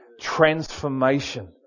transformation